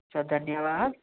सधन्यवाद